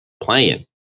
playing